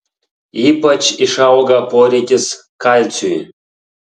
ypač išauga poreikis kalciui